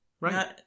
right